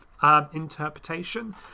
Interpretation